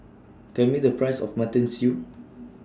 Tell Me The Price of Mutton Stew